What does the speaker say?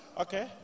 Okay